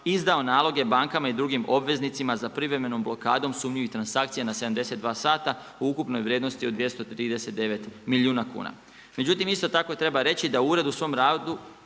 izdao naloge bankama i drugim obveznicima za privremenom blokadom sumnjivih transakcija na 72 sata u ukupnoj vrijednosti od 239 milijuna kuna. Međutim, isto tako treba reći da ured u svom radu